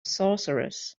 sorcerers